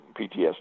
PTSD